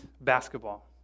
basketball